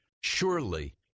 Surely